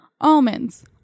almonds